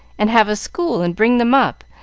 and have a school, and bring them up,